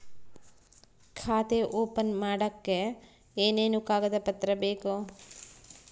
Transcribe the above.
ಖಾತೆ ಓಪನ್ ಮಾಡಕ್ಕೆ ಏನೇನು ಕಾಗದ ಪತ್ರ ಬೇಕು?